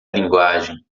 linguagem